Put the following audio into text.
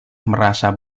merasa